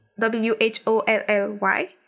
W-H-O-L-L-Y